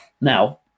Now